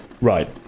Right